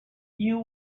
you